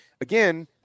again